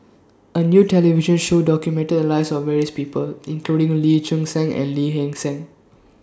A New television Show documented The Lives of various People including Lee Choon Seng and Lee Hee Seng